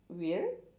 weird